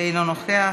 אינו נוכח.